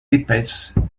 épaisse